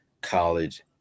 college